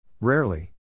Rarely